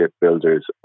builders